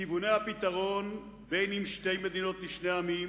כיווני הפתרון, אם שתי מדינות לשני עמים